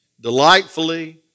delightfully